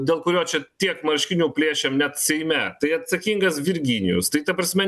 dėl kurio čia tiek marškinių plėšėm net seime tai atsakingas virginijus tai ta prasme